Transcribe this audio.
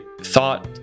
thought